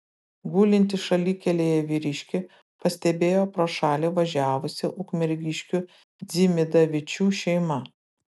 gulintį šalikelėje vyriškį pastebėjo pro šalį važiavusi ukmergiškių dzimidavičių šeima